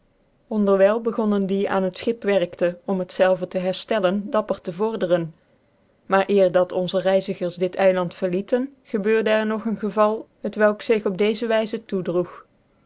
ondcrwylc begonnen die aan het schip werkte om het zelve te herftellcn dapper te vorderen maar eer dat onze reizigers dit eiland verlieten gebeurde er nog een gcyal t welk zich op te